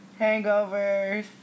Hangovers